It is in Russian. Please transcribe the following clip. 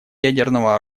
ядерного